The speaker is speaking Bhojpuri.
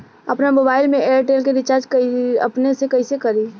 आपन मोबाइल में एयरटेल के रिचार्ज अपने से कइसे करि?